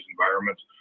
environments